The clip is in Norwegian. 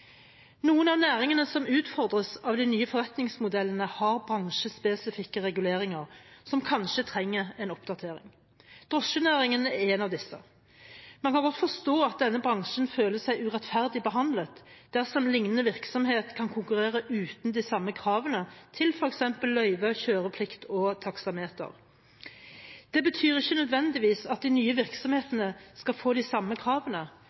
Noen av næringene som utfordres av de nye forretningsmodellene, har bransjespesifikke reguleringer som kanskje trenger en oppdatering. Drosjenæringen er en av disse. Man kan godt forstå at denne bransjen føler seg urettferdig behandlet dersom liknende virksomhet kan konkurrere uten de samme kravene til f.eks. løyve, kjøreplikt og taksameter. Det betyr ikke nødvendigvis at de nye virksomhetene skal få de samme kravene,